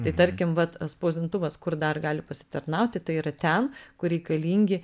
tai tarkim vat spausdintuvas kur dar gali pasitarnauti tai yra ten kur reikalingi